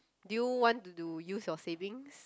do you want to do use your savings